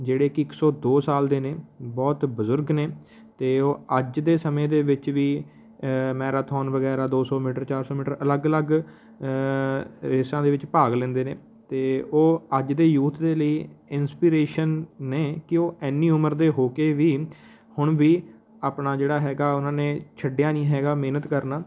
ਜਿਹੜੇ ਕਿ ਇੱਕ ਸੌ ਦੋ ਸਾਲ ਦੇ ਨੇ ਬਹੁਤ ਬਜ਼ੁਰਗ ਨੇ ਅਤੇ ਉਹ ਅੱਜ ਦੇ ਸਮੇਂ ਦੇ ਵਿੱਚ ਵੀ ਮੈਰਾਥੋਨ ਵਗੈਰਾ ਦੋ ਸੌ ਮੀਟਰ ਚਾਰ ਸੌ ਮੀਟਰ ਅਲੱਗ ਅਲੱਗ ਰੇਸਾਂ ਦੇ ਵਿੱਚ ਭਾਗ ਲੈਂਦੇ ਨੇ ਅਤੇ ਉਹ ਅੱਜ ਦੇ ਯੂਥ ਦੇ ਲਈ ਇਨਸਪੀਰੇਸ਼ਨ ਨੇ ਕਿ ਉਹ ਇੰਨੀ ਉਮਰ ਦੇ ਹੋ ਕੇ ਵੀ ਹੁਣ ਵੀ ਆਪਣਾ ਜਿਹੜਾ ਹੈਗਾ ਉਨ੍ਹਾਂ ਨੇ ਛੱਡਿਆ ਨਹੀਂ ਹੈਗਾ ਮਿਹਨਤ ਕਰਨਾ